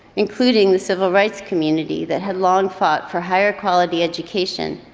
including the civil rights community that had long fought for higher quality education.